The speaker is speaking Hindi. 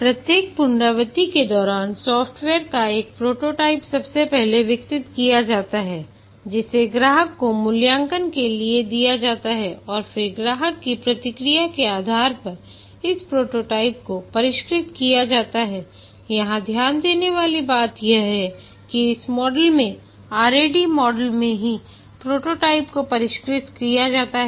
प्रत्येक पुनरावृत्ति के दौरान सॉफ़्टवेयर का एक प्रोटोटाइप सबसे पहले विकसित किया जाता है जिसे ग्राहक को मूल्यांकन के लिए दिया जाता है और फिर ग्राहक की प्रतिक्रिया के आधार पर इस प्रोटोटाइप को परिष्कृत किया जाता है यहाँ ध्यान देने वाली एक बात यह है कि इस मॉडल में RAD मॉडल में ही प्रोटोटाइप को परिष्कृत किया जाता है